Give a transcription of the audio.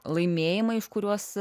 laimėjimai už kuriuos